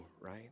right